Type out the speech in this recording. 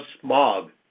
smog